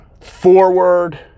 forward